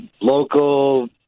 local